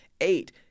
Eight